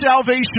salvation